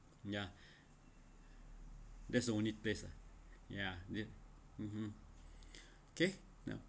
ya that's the only place ah (uh huh) okay now